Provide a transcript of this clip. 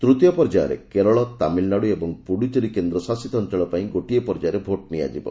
ତୂତୀୟ ପର୍ଯ୍ୟାୟରେ କେରଳ ତାମିଲନାଡୁ ଓ ପୁଡ଼ୁଚେରୀ କେନ୍ଦ୍ରଶାସିତ ଅଞ୍ଚଳ ପାଇଁ ଗୋଟିଏ ପର୍ଯ୍ୟାୟରେ ଭୋଟ୍ ନିଆଯିବ